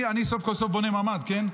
סוף כל סוף אני בונה ממ"ד, כן?